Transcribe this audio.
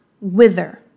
wither